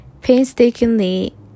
painstakingly